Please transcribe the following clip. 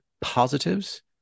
positives